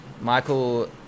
Michael